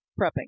prepping